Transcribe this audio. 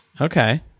okay